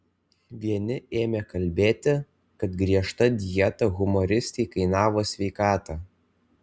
vieni ėmė kalbėti kad griežta dieta humoristei kainavo sveikatą